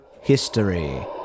history